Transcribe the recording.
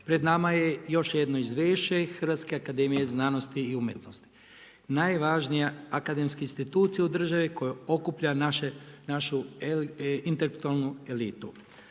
Pred nama je još jedno izvješće Hrvatske akademije znanosti i umjetnosti. Najvažnija akademske institucija u državi, koja okuplja našu intelektualnu elitu.